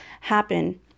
happen